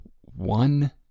one